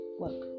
work